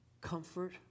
comfort